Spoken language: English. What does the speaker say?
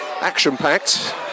action-packed